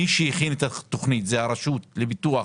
מי שהכין את התכנית זאת הרשות לפיתוח